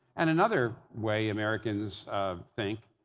and another way americans think,